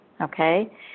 Okay